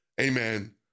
Amen